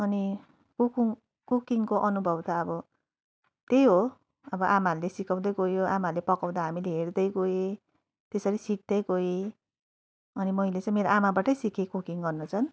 अनि कुकिङ कुकिङको अनुभव त अब त्यही हो अब आमाहरूले सिकाउँदै गयो आमाहरूले पकाउँदा हामीले हेर्दै गयौँ त्यसरी सिक्दै गएँ अनि मैले चाहिँ मेरो आमाबाटै सिकेँ कुकिङ गर्नु चाहिँ